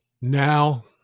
Now